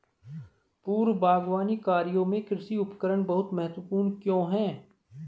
पूर्व बागवानी कार्यों में कृषि उपकरण बहुत महत्वपूर्ण क्यों है?